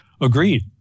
agreed